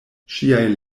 ŝiaj